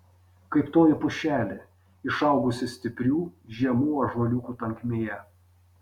kaip toji pušelė išaugusi stiprių žemų ąžuoliukų tankmėje